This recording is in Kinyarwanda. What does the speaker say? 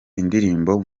indirimbo